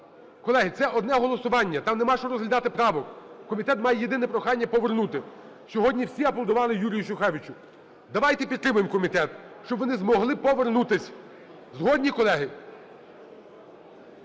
Колеги, це одне голосування, там нема що розглядати, правок. Комітет має єдине прохання – повернути. Сьогодні всі аплодували Юрію Шухевичу. Давайте підтримаємо комітет, щоб вони змогли повернутись. Згодні, колеги?